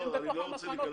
הם בתוך המחנות.